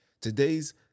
Today's